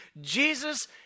Jesus